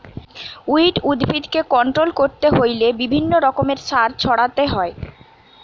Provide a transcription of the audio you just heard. weed উদ্ভিদকে control করতে হইলে বিভিন্ন রকমের সার ছড়াতে হয়